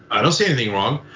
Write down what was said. i don't see anything wrong.